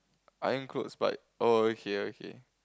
iron clothes but oh okay okay